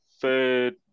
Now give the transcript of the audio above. third